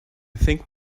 think